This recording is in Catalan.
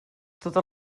totes